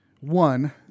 One